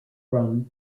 from